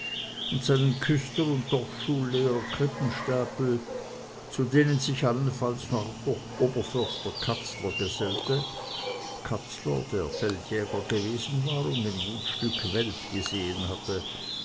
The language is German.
und seinen küster und dorfschullehrer krippenstapel zu denen sich allenfalls noch oberförster katzler gesellte katzler der feldjäger gewesen war und ein gut stück welt gesehen hatte